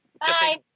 Bye